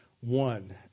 one